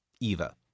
Eva